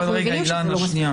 אנחנו מבינים שזה לא מספיק.